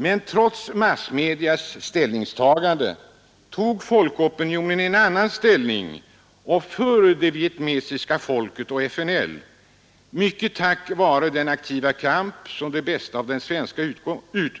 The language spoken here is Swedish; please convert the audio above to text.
Men trots massmedias ställningstagande tog folkopinionen en annan ställning för det vietnamesiska folket och FNL, mycket tack vare den aktiva kamp som det bästa av den svenska